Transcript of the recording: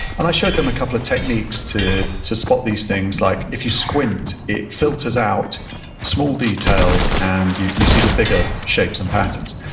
and i showed them a couple of techniques to to spot these things like if you squint, it filters out small details and you you see the bigger shapes and patterns,